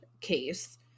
case